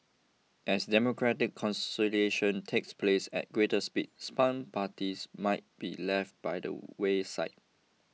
as democratic consolidation takes place at greater speed parties might be left by the wayside